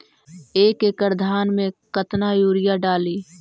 एक एकड़ धान मे कतना यूरिया डाली?